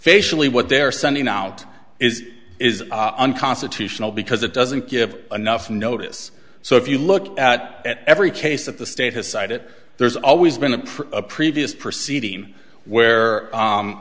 facially what they're sending out is is unconstitutional because it doesn't give enough notice so if you look at every case of the state has side it there's always been a previous proceeding where